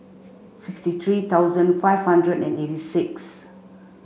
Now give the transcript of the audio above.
sixty three thousand five hundred and eighty six